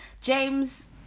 James